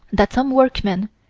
that some workmen,